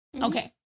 Okay